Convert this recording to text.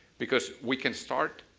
because we can start,